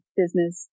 business